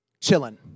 chilling